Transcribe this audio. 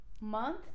month